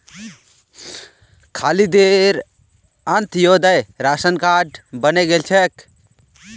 खालिदेर Antyodaya ration card बने गेल छेक